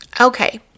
Okay